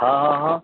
હા હા હા